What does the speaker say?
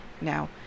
Now